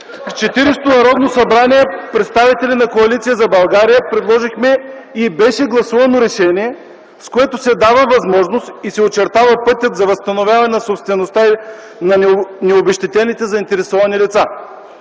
В Четиридесетото Народно събрание представители на Коалиция за България предложихме и беше гласувано решение, с което се дава възможност и се очертава пътят за възстановяване на собствеността на необезщетените заинтересовани лица.